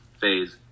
phase